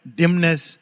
dimness